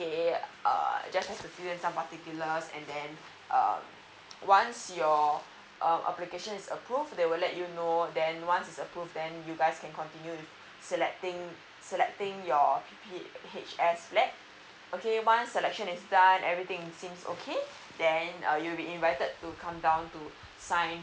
uh just have to fill in some particulars and then uh once your uh application is approved they will let you know then once it's approved then you guys can continue selecting selecting your p p h s flat okay once selection is done everything seems okay then uh you'll be invited to come down to sign